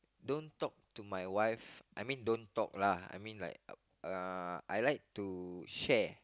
don't talk to my wife I mean uh don't talk lah I like to share